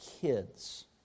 kids